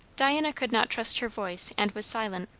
diana could not trust her voice and was silent.